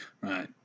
Right